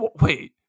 wait